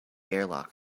airlock